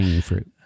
fruit